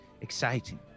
exciting